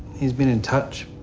he's been in touch.